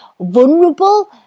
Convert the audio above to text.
vulnerable